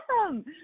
awesome